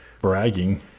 bragging